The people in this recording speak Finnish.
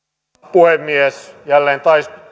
puhemies jälleen